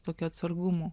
tokiu atsargumu